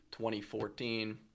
2014